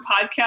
podcast